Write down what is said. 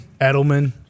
Edelman